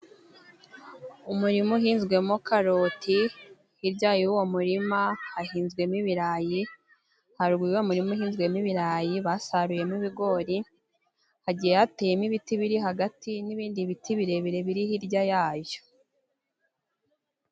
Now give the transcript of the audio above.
Umurima uhinzwemo karoti, hirya y'uwo murima hahinzwemo ibirayi, haruguru y'uwo murima uhinzwemo ibirayi basaruyemo ibigori, hagiye hateyemo ibiti biri hagati n'ibindi biti birebire biri hirya yayo.